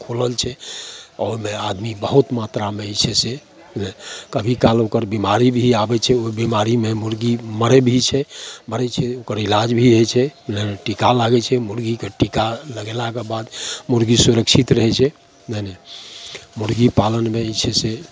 खुलल छै ओहोमे आदमी बहुत मात्रामे जे छै से कभी काल ओकर बीमारी भी आबय छै ओइ बीमारीमे मुर्गी मरय भी छै मरय छै ओकर इलाज भी होइ छै टीका लागय छै मुर्गीके टीका लगेलाके बाद मुर्गी सुरक्षित रहय छै नइ नइ मुर्गी पालनमे जे छै से